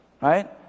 Right